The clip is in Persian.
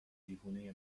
دیوونه